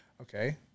Okay